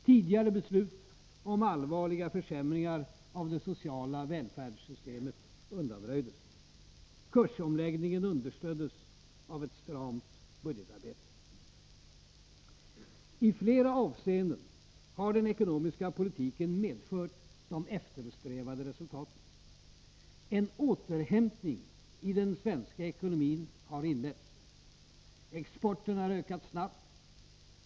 Tidigare beslut om allvarliga försämringar av det sociala välfärdssystemet undanröjdes. Kurs omläggningen understöddes av ett stramt budgetarbete. I flera avseenden har den ekonomiska politiken medfört de eftersträvade resultaten. En återhämtning i den svenska ekonomin har inletts. Exporten har ökat snabbt.